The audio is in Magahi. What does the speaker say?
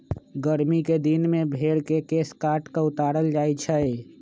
गरमि कें दिन में भेर के केश काट कऽ उतारल जाइ छइ